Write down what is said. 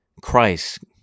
Christ